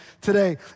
today